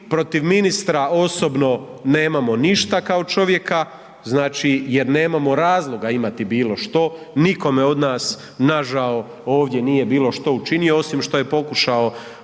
protiv ministra osobno nemamo ništa kao čovjeka znači jer nemam razloga imati bilo što, nikome od nas nažao ovdje nije bilo što učinio osim što je pokušao